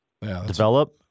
develop